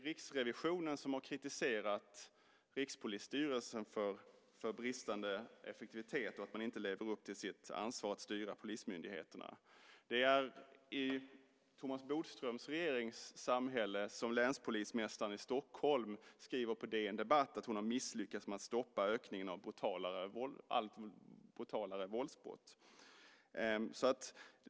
Riksrevisionen har kritiserat Rikspolisstyrelsen för bristande effektivitet och för att de inte lever upp till sitt ansvar att styra polismyndigheterna. Det är i Thomas Bodströms regerings samhälle som länspolismästaren i Stockholm på DN Debatt skriver att hon misslyckats med att stoppa ökningen av allt brutalare våldsbrott.